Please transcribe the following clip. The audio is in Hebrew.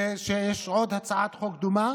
ושיש עוד הצעת חוק דומה